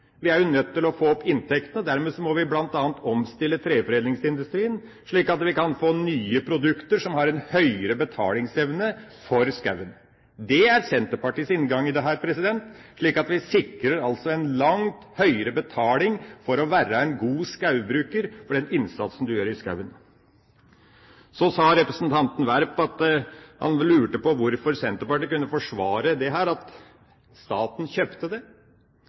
Vi er nødt til å få opp inntektene. Dermed må vi bl.a. omstille treforedlingsindustrien slik at vi kan få nye produkter som gir en høyere betalingsevne for skogen. Det er Senterpartiets inngang i dette. Vi sikrer altså en langt høyere betaling for det å være en god skogbruker, for den innsatsen du gjør i skogen. Representanten Werp lurte på hvorfor Senterpartiet kunne forsvare at staten kjøpte dette. La meg slå det